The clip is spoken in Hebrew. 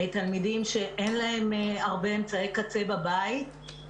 תלמידים שאין להם הרבה אמצעי קצה בבית,